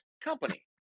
company